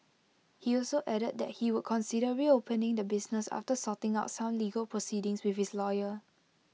he also added that he would consider reopening the business after sorting out some legal proceedings with his lawyer